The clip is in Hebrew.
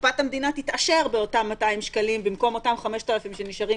קופת המדינה תתעשר באותם 200 שקלים במקום אותם 5,000 שנשארים